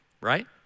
right